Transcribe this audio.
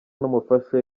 n’umufasha